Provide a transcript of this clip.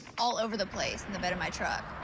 all over the place in the bed of my truck.